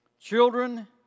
children